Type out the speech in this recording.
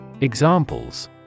Examples